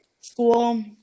school